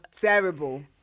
terrible